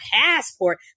passport